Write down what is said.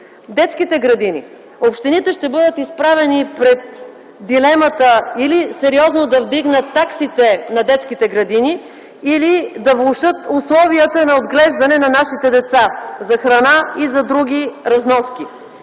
Детските градини. Общините ще бъдат изправени пред дилемата или сериозно да вдигнат таксите там, или да влошат условията за отглеждане на нашите деца – за храна и други разноски.